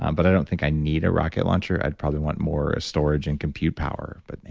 um but i don't think i need a rocket launcher, i'd probably want more storage and computer power. but, hey,